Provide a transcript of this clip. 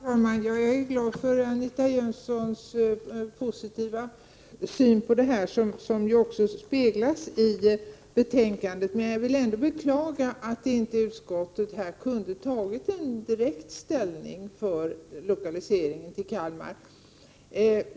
Herr talman! Jag är glad över Anita Jönssons positiva syn på detta förslag, något som också speglas i betänkandet. Jag vill ändå beklaga att utskottet inte har kunnat ta direkt ställning för lokalisering till Kalmar.